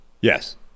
Yes